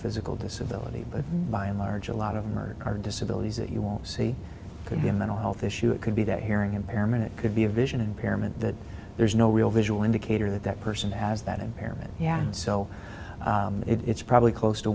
physical disability but by and large a lot of them are are disability that you won't see could be a mental health issue it could be that hearing impairment it could be a vision impairment that there's no real visual indicator that that person as that impairment yeah and so it's probably close to